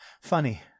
funny